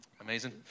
amazing